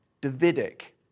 Davidic